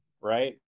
right